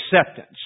acceptance